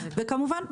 וכמובן,